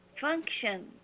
function